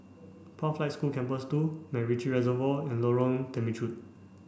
Pathlight School Campus two MacRitchie Reservoir and Lorong Temechut